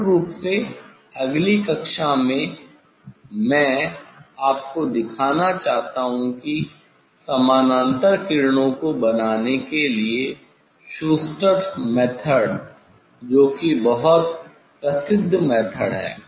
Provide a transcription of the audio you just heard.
मूल रूप से अगली कक्षा में मैं आपको दिखाना चाहता हूं कि समानांतर किरणों को बनाने के लिए शूस्टरस मेथड जो की बहुत प्रसिद्ध मेथड है